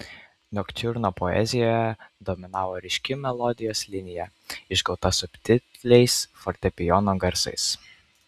noktiurno poezijoje dominavo ryški melodijos linija išgauta subtiliais fortepijono garsais